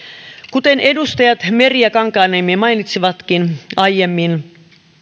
kuten edustajat meri ja kankaanniemi mainitsivatkin aiemmin